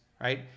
right